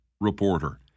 reporter